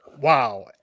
Wow